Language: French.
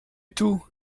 tout